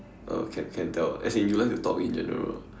uh can can tell as in you like to talk in general